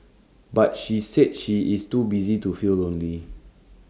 but she said she is too busy to feel lonely